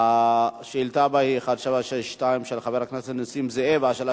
1. מה